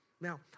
Now